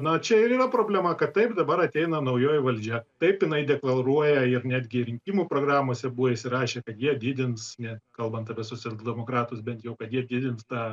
na čia ir yra problema kad taip dabar ateina naujoji valdžia taip jinai deklaruoja ir netgi rinkimų programose buvo įsirašę kad jie didins ne kalbant apie socialdemokratus bent jau kad jie didins tą